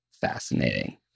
fascinating